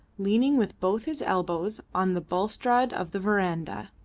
leaning with both his elbows on the balustrade of the verandah,